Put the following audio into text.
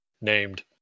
named